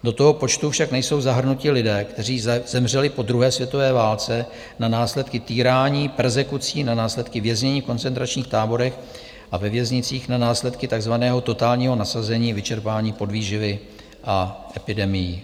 Do toho počtu však nejsou zahrnuti lidé, kteří zemřeli po druhé světové válce na následky týrání, perzekucí, na následky věznění v koncentračních táborech a ve věznicích, na následky takzvaného totálního nasazení, vyčerpání, podvýživy a epidemií.